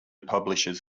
publishes